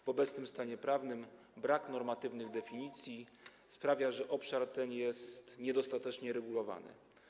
W obecnym stanie prawnym brak normatywnych definicji sprawia, że obszar ten jest niedostatecznie regulowany.